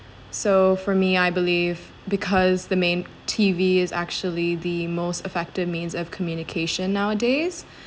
so for me I believe because the main T_V is actually the most effective means of communication nowadays